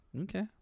Okay